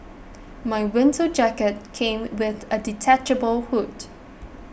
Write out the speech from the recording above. my winter jacket came with a detachable hood